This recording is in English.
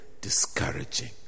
discouraging